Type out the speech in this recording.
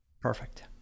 Perfect